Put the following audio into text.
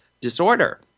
disorder